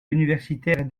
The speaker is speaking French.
universitaire